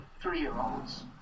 three-year-olds